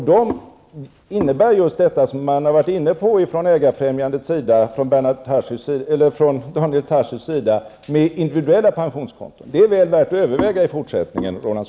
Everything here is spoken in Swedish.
Där tillägnas just detta som Ägarfrämjandet och Daniel Tarschys varit inne på, att det skall vara individuella pensionsfonder. Det är väl värt att överväga i fortsättningen, Roland